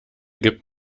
gibt